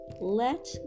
let